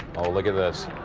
oh look at this.